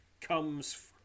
comes